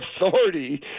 authority